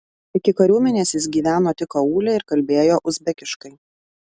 iki kariuomenės jis gyveno tik aūle ir kalbėjo uzbekiškai